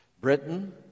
Britain